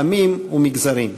עמים ומגזרים.